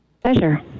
pleasure